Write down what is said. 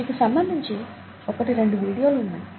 వీటికి సంబంధించి ఒకటి రెండు వీడియోలు ఉన్నాయి